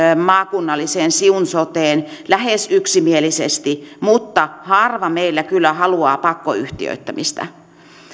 maakunnalliseen siun soteen lähes yksimielisesti mutta harva meillä kyllä haluaa pakkoyhtiöittämistä